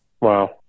Wow